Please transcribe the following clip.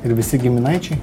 ir visi giminaičiai